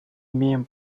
имеем